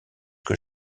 que